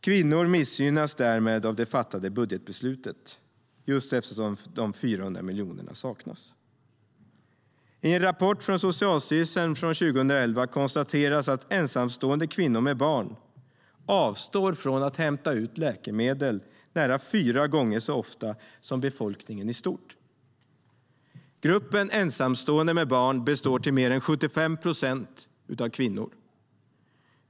Kvinnor missgynnas därmed av det fattade budgetbeslutet. Gruppen ensamstående med barn består till mer än 75 procent av kvinnor.